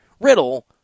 Riddle